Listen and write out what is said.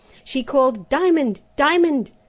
she called diamond! diamond!